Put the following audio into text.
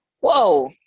Whoa